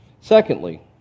Secondly